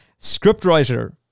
Scriptwriter